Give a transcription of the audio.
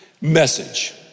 message